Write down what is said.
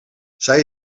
zij